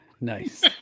Nice